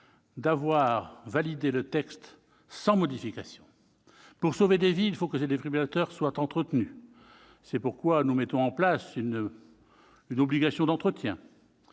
d'avoir validé le texte sans modification. Pour sauver des vies, il faut que ces défibrillateurs soient entretenus. C'est pourquoi nous proposons la mise en place non seulement